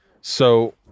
So-